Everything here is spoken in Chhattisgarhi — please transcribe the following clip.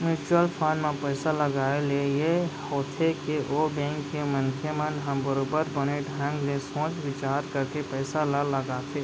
म्युचुअल फंड म पइसा लगाए ले ये होथे के ओ बेंक के मनखे मन ह बरोबर बने ढंग ले सोच बिचार करके पइसा ल लगाथे